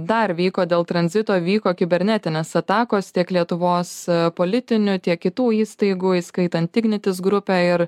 dar vyko dėl tranzito vyko kibernetinės atakos tiek lietuvos politinių tiek kitų įstaigų įskaitant ignitis grupę ir